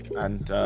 and